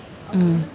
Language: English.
mm